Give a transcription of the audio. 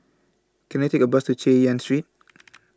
Can I Take A Bus to Chay Yan Street